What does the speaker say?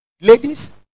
Ladies